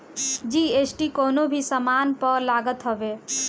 GST कवनो भी सामान पअ लागत हवे